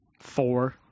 Four